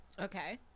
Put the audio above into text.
okay